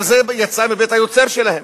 אבל זה יצא מבית-היוצר שלהם.